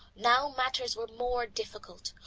now matters were more difficult,